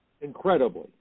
incredibly